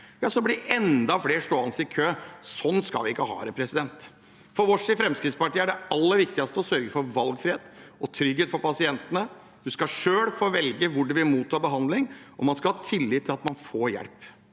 hjelp, blir enda flere stående i kø. Sånn skal vi ikke ha det. For oss i Fremskrittspartiet er det aller viktigste å sørge for valgfrihet og trygghet for pasientene. Man skal selv få velge hvor man vil motta behandling, og man skal ha tillit til at man får hjelp.